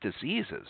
diseases